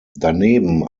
daneben